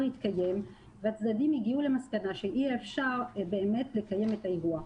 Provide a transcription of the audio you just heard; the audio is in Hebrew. התקיים והצדדים הגיעו למסקנה שאי אפשר באמת לקיים את האירוע.